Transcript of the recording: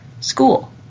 school